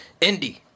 indie